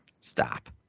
stop